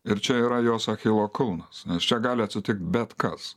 ir čia yra jos achilo kulnas nes čia gali atsitikt bet kas